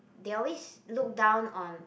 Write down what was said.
they always look down on